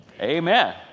amen